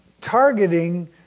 targeting